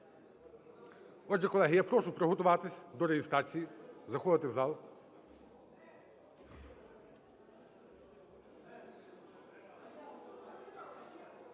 Отже, колеги, я прошу приготуватись до реєстрації, заходити в зал.